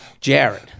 Jared